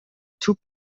توپ